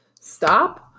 stop